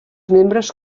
membres